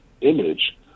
image